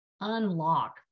unlock